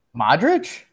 Modric